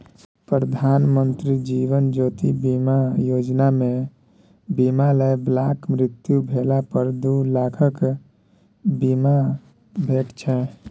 प्रधानमंत्री जीबन ज्योति बीमा योजना मे बीमा लय बलाक मृत्यु भेला पर दु लाखक बीमा भेटै छै